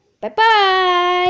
Bye-bye